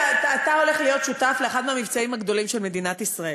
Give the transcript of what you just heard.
אתה הולך להיות שותף לאחד מהמבצעים הגדולים של מדינת ישראל.